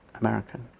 American